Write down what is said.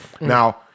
Now